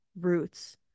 roots